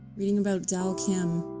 reading about daul kim.